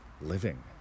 living